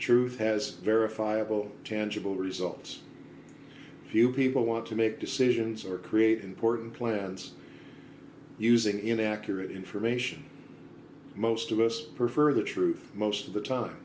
truth has verifiable tangible results few people want to make decisions or create important plans using inaccurate information most of us prefer the truth most of the